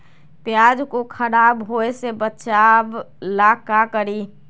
प्याज को खराब होय से बचाव ला का करी?